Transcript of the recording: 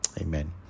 Amen